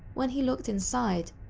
when he looked inside,